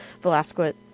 Velasquez